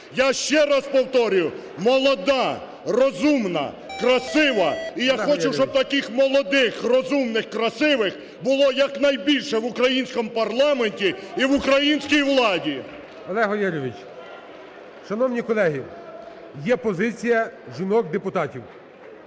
Я ще раз повторюю: молода, розумна, красива. І я хочу, щоб таких молодих, розумних, красивих було якнайбільше в українському парламенті і в українській владі. ГОЛОВУЮЧИЙ. Олег Валерійович, шановні колеги! Є позиція жінок депутатів,